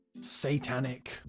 satanic